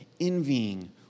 envying